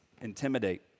intimidate